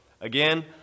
again